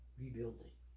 rebuilding